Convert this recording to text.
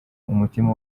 umutima